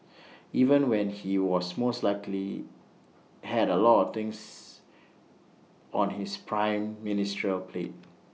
even when he was most likely had A lot of things on his prime ministerial plate